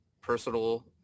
personal